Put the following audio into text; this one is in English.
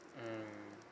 mmhmm